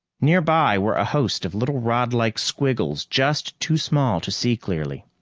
nearby were a host of little rodlike squiggles just too small to see clearly.